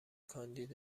کاندید